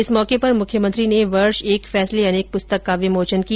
इस मौके पर मुख्यमंत्री ने वर्ष एक फैसले अनेक पुस्तक का विमोचन किया